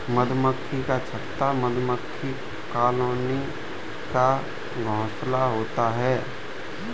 मधुमक्खी का छत्ता मधुमक्खी कॉलोनी का घोंसला होता है